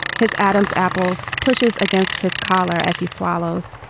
his adam's apple pushes against his collar as he swallows.